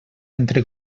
entre